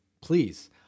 please